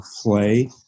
play